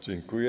Dziękuję.